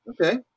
Okay